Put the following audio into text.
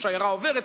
השיירה עוברת,